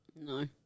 No